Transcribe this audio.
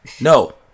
No